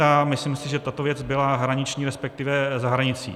A myslím si, že tato věc byla hraniční, resp. za hranicí.